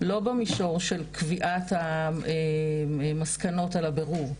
לא במישור של קביעת המסקנות על הבירור,